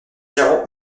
zéro